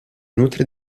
nutre